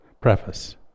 preface